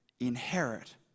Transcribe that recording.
inherit